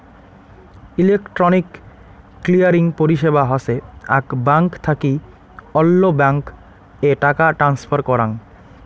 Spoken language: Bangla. ইলেকট্রনিক ক্লিয়ারিং পরিষেবা হসে আক ব্যাঙ্ক থাকি অল্য ব্যাঙ্ক এ টাকা ট্রান্সফার করাঙ